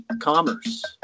commerce